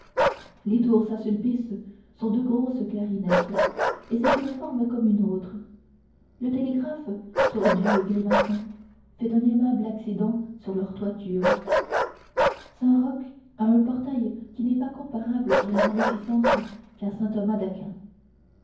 les tours saint-sulpice sont deux grosses clarinettes et c'est une forme comme une autre le télégraphe tortu et grimaçant fait un aimable accident sur leur toiture saint-roch a un portail qui n'est comparable pour la magnificence